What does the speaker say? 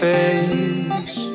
face